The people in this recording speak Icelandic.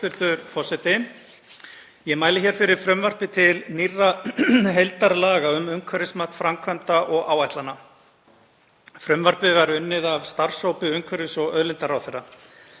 Ég mæli hér fyrir frumvarpi til nýrra heildarlaga um umhverfismat framkvæmda og áætlana. Frumvarpið var unnið af starfshópi umhverfis- og auðlindaráðherra.